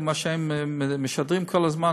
מה שהם משדרים כל הזמן,